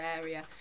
area